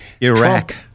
Iraq